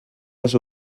les